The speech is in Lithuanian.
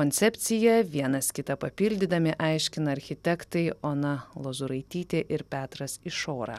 koncepcija vienas kitą papildydami aiškina architektai ona lozuraitytė ir petras išora